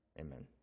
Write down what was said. amen